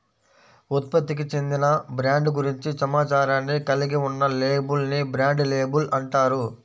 ఉత్పత్తికి చెందిన బ్రాండ్ గురించి సమాచారాన్ని కలిగి ఉన్న లేబుల్ ని బ్రాండ్ లేబుల్ అంటారు